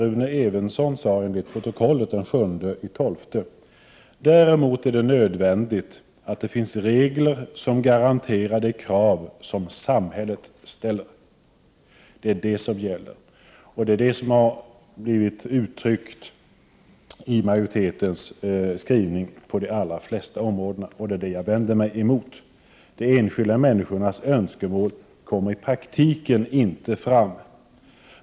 Rune Evensson sade enligt protokollet: ”Däremot är det nödvändigt att det finns regler som garanterar de krav som samhället ställer -.” Det är det som gäller, och det är det som på de allra flesta områdena har kommit till uttryck i majoritetens skrivning, och det är det som jag vänder mig emot. De enskilda människornas önskemål kommer i praktiken inte fram.